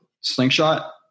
slingshot